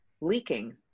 leaking